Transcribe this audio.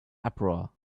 uproar